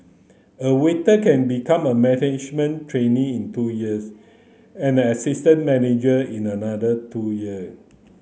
a waiter can become a management trainee in two years and an assistant manager in another two year